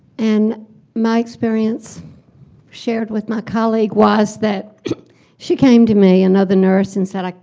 and my experience shared with my colleague was that she came to me, another nurse and said, like